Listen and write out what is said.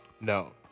No